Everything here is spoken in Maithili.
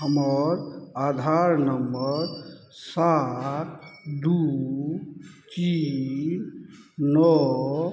हमर आधार नम्बर सात दुइ तीन नओ